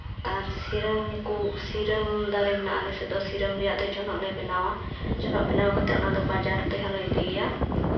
ᱟᱨ ᱥᱤᱨᱟᱹᱢ ᱠᱚ ᱥᱤᱨᱟᱹᱢ ᱫᱟᱨᱮ ᱢᱮᱱᱟᱜᱼᱟ ᱟᱞᱮ ᱥᱮᱫ ᱫᱚ ᱥᱤᱨᱳᱢ ᱨᱮᱭᱟᱜ ᱫᱚ ᱡᱚᱱᱚᱜ ᱞᱮ ᱵᱮᱱᱟᱣᱟ ᱡᱚᱱᱚᱜ ᱵᱮᱱᱟᱣ ᱠᱟᱛᱮᱫ ᱚᱱᱟᱫᱚ ᱵᱟᱡᱟᱨ ᱛᱮᱦᱚᱸ ᱞᱮ ᱤᱫᱤ ᱜᱮᱭᱟ